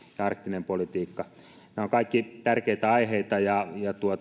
ja arktinen politiikka nämä ovat kaikki tärkeitä aiheita ja